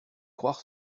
croire